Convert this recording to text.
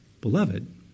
Beloved